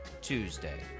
Tuesday